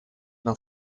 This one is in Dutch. dan